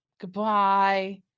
Goodbye